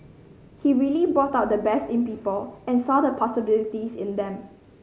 he really brought out the best in people and saw the possibilities in them